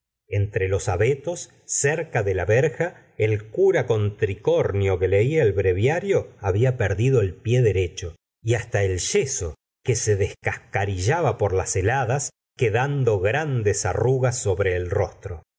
entre los abetos cerca de la verja el cura con tricornio que leía el breviario había perdido el pie derecho y hasta el yeso que se descascarillaba por las heladas quedando grandes arrugas sobre el rostro